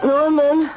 Norman